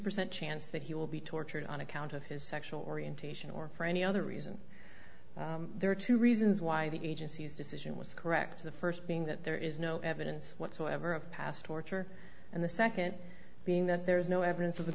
percent chance that he will be tortured on account of his sexual orientation or for any other reason there are two reasons why the agencies decision was correct the first being that there is no evidence whatsoever of past torture and the second being that there is no evidence of the